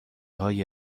های